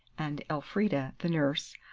and elfrida, the nurse,